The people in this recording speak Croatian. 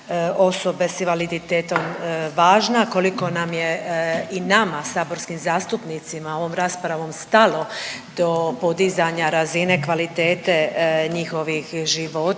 osobe s invaliditetom važna, koliko nam je i nama saborskim zastupnicima ovom raspravom stalo do podizanja razine kvalitete njihovih života,